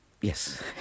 Yes